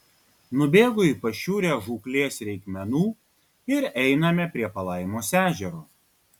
nubėgu į pašiūrę žūklės reikmenų ir einame prie palaimos ežero